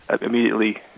immediately